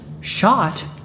Shot